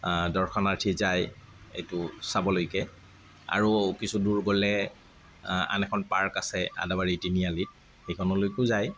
দৰ্শনাৰ্থী যায় এইটো চাবলৈকে আৰু কিছু দূৰ গ'লে আন এখন পাৰ্ক আছে আদাবাৰী তিনিআলিত এইখনলৈকো যায়